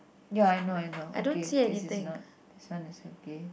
ya I know I know okay this is not this one is okay